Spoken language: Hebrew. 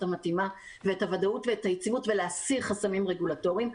המתאימה ואת הוודאות והיציבות ולהסיר חסמים רגולטוריים.